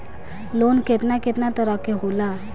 Loan केतना केतना तरह के होला?